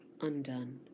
undone